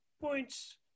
points